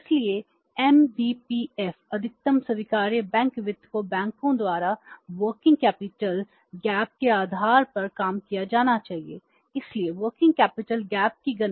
इसलिए एमपीबीएफ को घटाए बिना वर्तमान संपत्ति